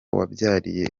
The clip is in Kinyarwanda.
wabyariye